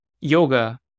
yoga